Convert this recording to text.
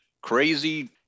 Crazy